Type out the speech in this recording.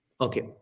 Okay